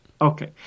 Okay